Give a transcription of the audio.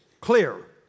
clear